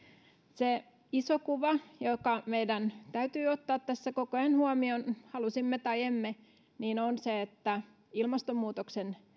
se iso kuva joka meidän täytyy ottaa tässä koko ajan huomioon halusimme tai emme on se että ilmastonmuutoksen